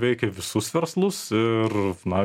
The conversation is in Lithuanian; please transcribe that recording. veikia visus verslus ir na